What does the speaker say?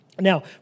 Now